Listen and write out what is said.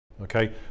okay